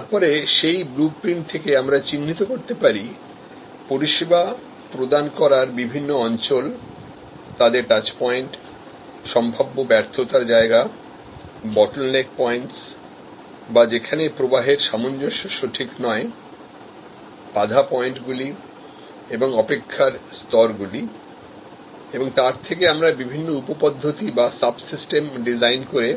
তারপরে সেই blue print থেকে আমরা চিহ্নিত করতে পারি পরিষেবা প্রদান করার বিভিন্ন অঞ্চল তাদের টাচ পয়েন্টসম্ভাব্য ব্যর্থতার জায়গা bottleneck points বা যেখানে প্রবাহের সামঞ্জস্য সঠিক নয়বাধা পয়েন্টগুলি এবং অপেক্ষার স্তরগুলি এবং তার থেকে আমরা বিভিন্ন উপ পদ্ধতি বা subsystem ডিজাইন করে